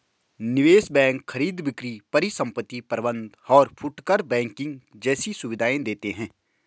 निवेश बैंक खरीद बिक्री परिसंपत्ति प्रबंध और फुटकर बैंकिंग जैसी सुविधायें देते हैं